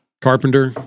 Carpenter